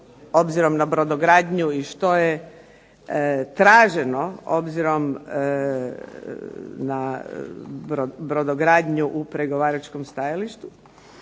obzirom na brodogradnju i što je traženo obzirom na brodogradnju u pregovaračkom stajalištu,